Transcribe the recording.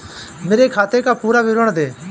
मेरे खाते का पुरा विवरण दे?